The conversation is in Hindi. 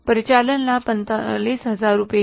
परिचालन लाभ 45000 रुपये है